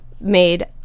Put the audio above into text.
made